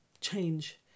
change